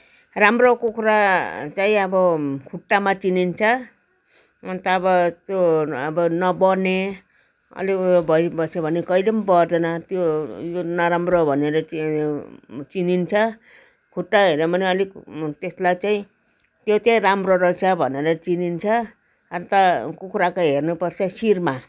राम्रो कुखुरा चाहिँ अब खुट्टामा चिनिन्छ अन्त अब त्यो अब नबड्ने अलि उयो भइबस्यो भने कहिले पनि बढ्दैन त्यो यो नराम्रो भनेर चिनिन्छ खुट्टा हेर्यो भने अलिक त्यसलाई चाहिँ त्यो चाहिँ राम्रो रहेछ भनेर चिनिन्छ अन्त कुखुराको हेर्नुपर्छ सिरमा